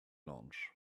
launch